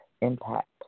impact